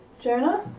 Jonah